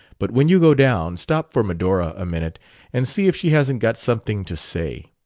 but when you go down, stop for medora a minute and see if she hasn't got something to say.